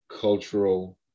cultural